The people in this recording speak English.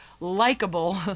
likable